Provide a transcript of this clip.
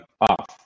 off